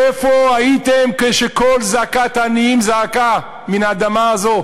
איפה הייתם כשקול זעקת העניים זעק מן האדמה הזו